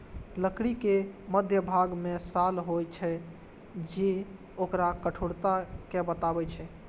लकड़ी के मध्यभाग मे साल होइ छै, जे ओकर कठोरता कें बतबै छै